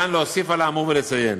אפשר להוסיף על האמור ולציין